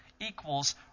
equals